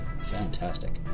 Fantastic